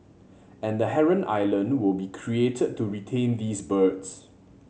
and a heron island will be created to retain these birds